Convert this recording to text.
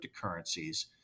cryptocurrencies